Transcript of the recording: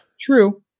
true